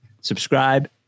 Subscribe